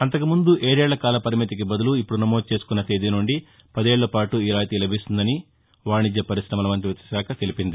అంతకు ముందు ఏడేళ్ల కాల పరిమితికి బదులు ఇప్పుడు నమోదుచేసుకున్న తేదీ నుండి పదేళ్లపాటు ఈ రాయితీ లభిస్తుందని వాణిజ్య పరిశమల మంతిత్వశాఖ తెలిపింది